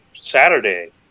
Saturday